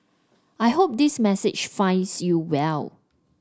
I hope this message finds you well